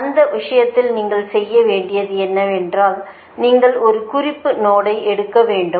அந்த விஷயத்தில் நீங்கள் செய்ய வேண்டியது என்னவென்றால் நீங்கள் ஒரு குறிப்பு நோடை எடுக்க வேண்டும்